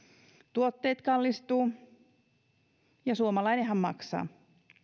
tuotteet kallistuvat ja suomalainenhan maksaa